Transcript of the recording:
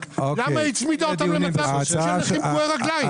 למה היא הצמידה אותם לנכים פגועי רגליים.